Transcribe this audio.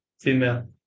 female